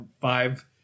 five